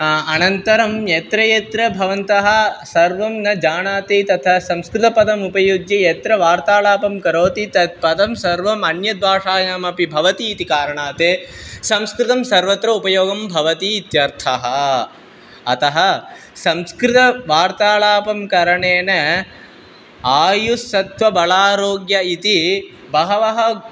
अनन्तरं यत्र यत्र भवन्तः सर्वं न जानाति तथा संस्कृतपदम् उपयुज्य यत्र वार्तालापं करोति तत् पदं सर्वम् अन्यद्भषायामपि भवति इति कारणात् संस्कृतं सर्वत्र उपयोगं भवति इत्यर्थः अतः संस्कृतवार्तालापं करणेन आयुस्सत्वबलारोग्यम् इति बहवः